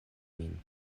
min